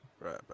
Right